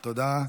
תודה.